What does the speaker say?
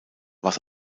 was